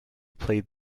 played